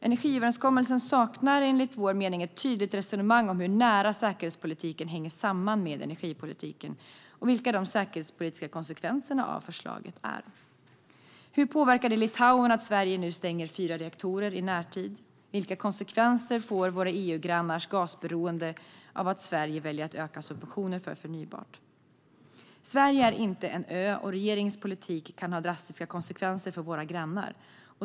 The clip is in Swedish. Energiöverenskommelsen saknar enligt vår mening ett tydligt resonemang om hur nära säkerhetspolitiken hänger samman med energipolitiken och vilka de säkerhetspolitiska konsekvenserna av förslaget är. Hur påverkar det Litauen att Sverige nu stänger fyra reaktorer i närtid? Vilka konsekvenser får våra EU-grannars gasberoende av att Sverige väljer att öka subventionerna för förnybart? Sverige är inte en ö. Regeringens politik kan ha drastiska konsekvenser för våra grannar.